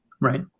Right